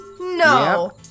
No